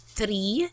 three